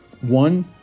One